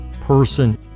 person